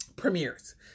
premieres